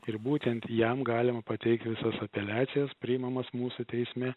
ir būtent jam galima pateikt visas apeliacijas priimamos mūsų teisme